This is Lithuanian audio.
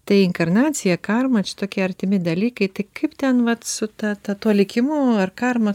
tai inkarnacija karma čia tokie artimi dalykai tai kaip ten vat su ta ta tuo likimu ar karma